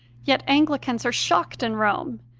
yet anglicans are shocked in rome,